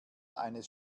eines